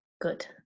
good